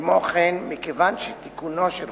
כמו כן, מכיוון שתיקונו של